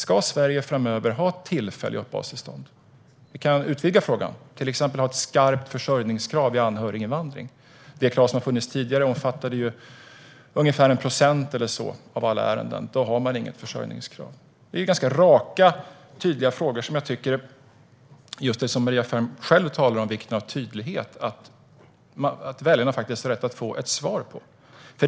Ska Sverige framöver ha tillfälliga uppehållstillstånd? Jag kan utvidga frågan. Ska man ha ett skarpt försörjningskrav vid anhöriginvandring? Det krav som fanns tidigare omfattade ju ungefär 1 procent av alla ärenden. Då har man inget försörjningskrav. Detta är ganska raka och tydliga frågor som jag tycker att väljarna har rätt att få svar på, i synnerhet eftersom Maria Ferm själv talar om vikten av tydlighet.